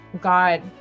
god